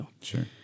sure